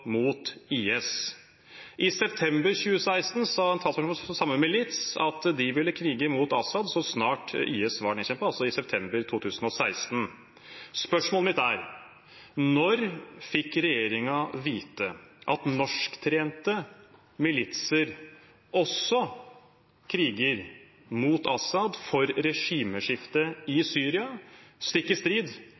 mot IS. I september 2016 sa en talsperson fra samme milits at de ville krige mot Assad så snart IS var nedkjempet – altså i september 2016. Spørsmålet mitt er: Når fikk regjeringen vite at norsktrente militser også kriger mot Assad for regimeskifte i Syria, stikk i strid